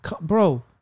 bro